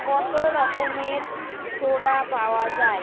কত রকমের সোডা পাওয়া যায়